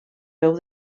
veu